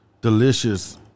delicious